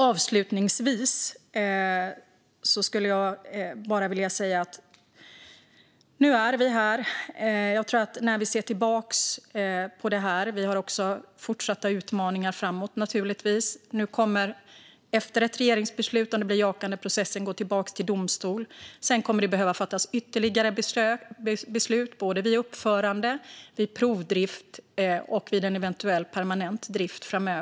Avslutningsvis vill jag säga att vi nu är här. Vi har naturligtvis fortsatta utmaningar framöver. Efter ett eventuellt jakande regeringsbeslut kommer processen att gå tillbaka till domstol. Sedan kommer man att behöva fatta ytterligare beslut vid uppförandet, vid provdrift och vid en eventuell permanent drift.